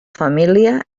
família